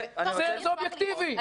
זה אובייקטיבי,